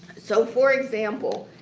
so for example,